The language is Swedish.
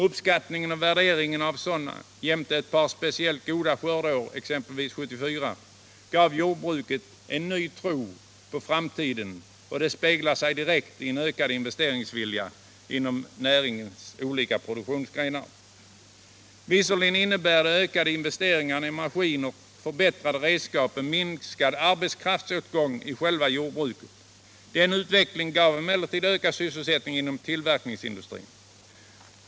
Uppskattningen och värderingen av en sådan jämte ett par speciellt goda skördeår, exempelvis 1974, gav jordbruket en ny tro på framtiden. Detta avspeglar sig direkt i en ökande investeringsvilja inom denna närings olika produktionsgrenar. Visserligen innebär de ökade investeringarna i maskiner och förbättrade redskap en minskad arbetskraftsåtgång i själva jordbruket. Den utvecklingen gav emellertid en ökad sysselsättning inom tillverkningsindustrin.